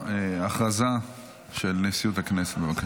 הודעה של מזכירות הכנסת, בבקשה.